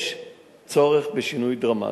יש צורך בשינוי דרמטי.